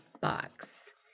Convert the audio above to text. box